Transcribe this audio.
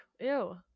ew